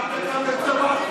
שנתיים עמדת כאן וצווחת,